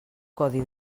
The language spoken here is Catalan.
codi